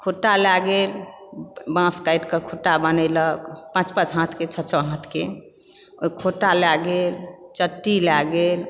खुट्टा लय गेल बाँस काटिके खुट्टा बनेलक पाँच पाँच हाथके छओ छओ हाथकेँ ओहि खुट्टा लय गेल चट्टी लय गेल